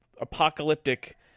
apocalyptic